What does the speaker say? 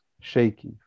shaky